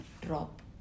drop